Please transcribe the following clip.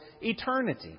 eternity